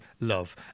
love